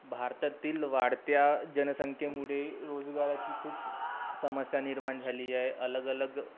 भारतातील वाढत्या जनसंख्येमुळे रोजगाराची खूप स समस्या निर्माण झाली आहे अलगअलग